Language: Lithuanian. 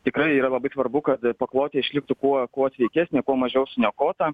tikrai yra labai svarbu kad paklotė išliktų kuo kuo sveikesnė kuo mažiau suniokota